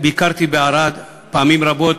ביקרתי בערד פעמים רבות,